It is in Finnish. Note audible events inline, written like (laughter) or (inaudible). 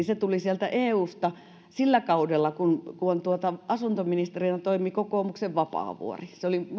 (unintelligible) se tuli eusta sillä kaudella kun kun asuntoministerinä toimi kokoomuksen vapaavuori